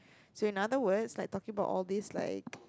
so in other words like talking about all these like